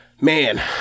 man